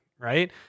right